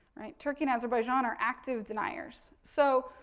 right, turkey and azerbaijan are active deniers. so,